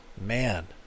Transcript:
Man